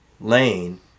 lane